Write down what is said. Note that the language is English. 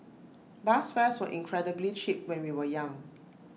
bus fares were incredibly cheap when we were young